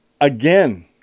again